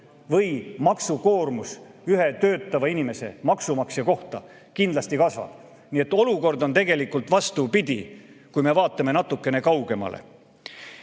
ning maksukoormus ühe töötava inimese, maksumaksja kohta kindlasti kasvab. Nii et olukord on tegelikult vastupidi, kui me vaatame natukene kaugemale.